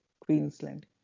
Queensland